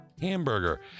hamburger